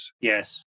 yes